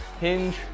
hinge